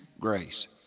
grace